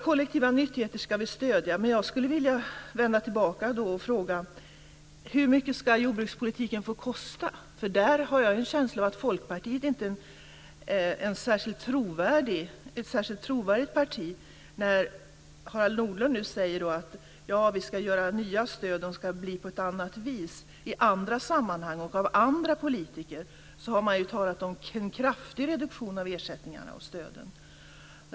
Kollektiva nyttigheter ska vi stödja. Men jag skulle vilja vända tillbaka frågan: Hur mycket ska jordbrukspolitiken få kosta? Där har jag en känsla av att Folkpartiet inte är ett särskilt trovärdigt parti. Harald Nordlund säger nu att vi ska ha nya stöd. De ska bli på ett annat vis. I andra sammanhang har andra politiker talat om en kraftig reduktion av ersättningarna och stöden.